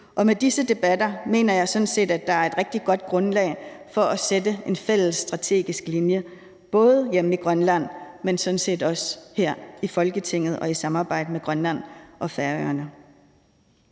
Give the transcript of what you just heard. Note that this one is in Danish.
og med disse debatter mener jeg sådan set, at der er et rigtig godt grundlag for at lægge en fælles strategisk linje, både hjemme i Grønland, men sådan set også her i Folketinget i samarbejde med Grønland og Færøerne.